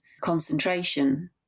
concentration